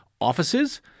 offices